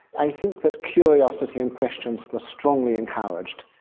i think that curiosity and questions were strongly encouraged,